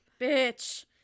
bitch